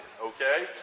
okay